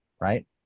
right